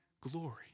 glory